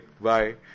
bye